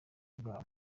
bwabo